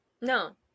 No